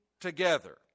together